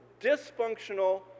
dysfunctional